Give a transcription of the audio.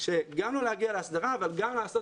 גם לא להגיע להסדרה אבל גם לעשות